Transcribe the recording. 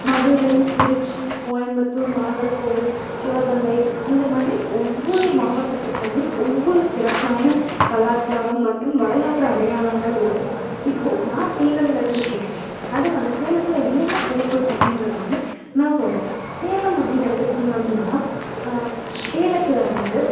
மதுரை திருச்சி கோயம்புத்தூர் நாகர்கோவில் சிவகங்கை இந்தமாதிரி ஒவ்வொரு மாவட்டத்துக்கும் ஒவ்வொரு சிறப்பான கலாச்சாரம் மற்றும் வரலாற்று அடையாளங்கள் இருக்கும் இப்போது நான் சேலம்லேருந்து பேசுகிறேன் அதனால சேலத்தில் என்னென்ன சிறப்பு அப்படின்றத வந்து நான் சொல்கிறேன் சேலம் அப்டின்னு எடுத்துக்கிட்டிங்க அப்படினா சேலத்தில் வந்து